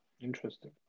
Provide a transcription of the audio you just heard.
Interesting